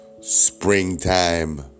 springtime